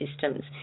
systems